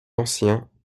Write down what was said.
anciens